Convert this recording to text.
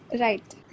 right